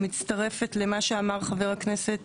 אני מצטרפת למה שאמר חבר הכנסת